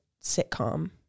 sitcom